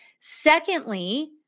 Secondly